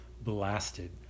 blasted